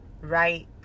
right